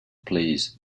please